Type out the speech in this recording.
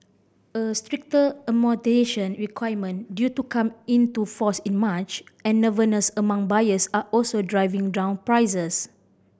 a stricter amortisation requirement due to come into force in March and nervousness among buyers are also driving down prices